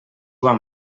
van